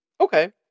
Okay